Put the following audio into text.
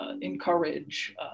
encourage